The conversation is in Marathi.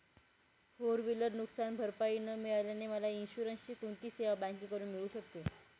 फोर व्हिलर नुकसानभरपाई न मिळाल्याने मला इन्शुरन्सची कोणती सेवा बँकेकडून मिळू शकते?